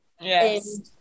Yes